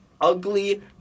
ugly